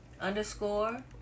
underscore